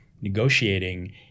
negotiating